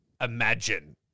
imagine